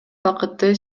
бакытты